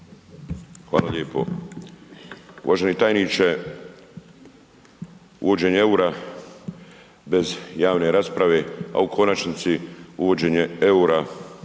Hvala lijepo. Uvaženi tajniče, uvođenje EUR-a bez javne rasprave, a u konačnici uvođenje EUR-a